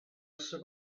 esso